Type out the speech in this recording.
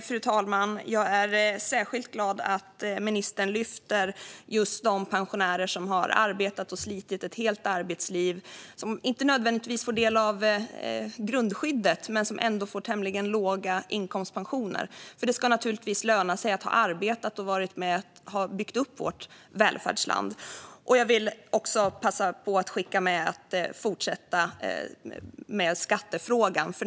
Fru talman! Jag är särskilt glad att ministern lyfter fram just de pensionärer som har arbetat och slitit ett helt arbetsliv och som inte nödvändigtvis får del av grundskyddet men som ändå får tämligen låga inkomstpensioner. Det ska naturligtvis löna sig att ha arbetat och varit med om att ha byggt upp vårt välfärdsland. Jag vill också passa på att skicka med att man ska fortsätta med skattefrågan.